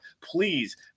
please